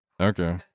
Okay